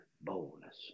boldness